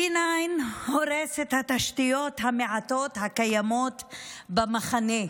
D9 הורס את התשתיות המעטות הקיימות במחנה,